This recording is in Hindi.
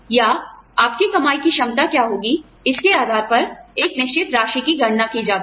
या आपकी कमाई की क्षमता क्या होगी इसके आधार पर एक निश्चित राशि की गणना की जाती है